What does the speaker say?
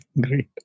great